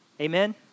Amen